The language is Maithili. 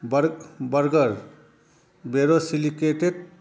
बर बर्गर बोरोसिलिकेट